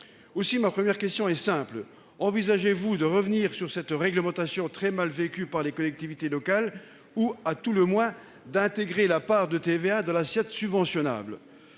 Aussi, ma première question est simple : envisagez-vous de revenir sur cette réglementation très mal vécue par les collectivités locales ou, à tout le moins, d'intégrer la part de TVA dans l'assiette subventionnable ?